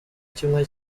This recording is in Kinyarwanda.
kimwe